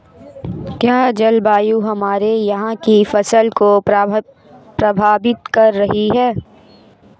क्या जलवायु हमारे यहाँ की फसल को प्रभावित कर रही है?